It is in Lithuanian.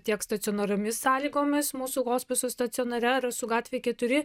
tiek stacionariomis sąlygomis mūsų hospiso stacionare rasų gatvė keturi